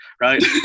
right